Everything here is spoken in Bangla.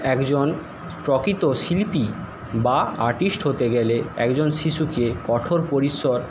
একজন প্রকৃত শিল্পী বা আর্টিস্ট হতে গেলে একজন শিশুকে কঠোর পরিশ্রর